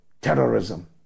terrorism